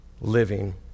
living